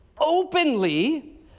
openly